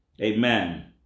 Amen